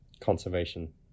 conservation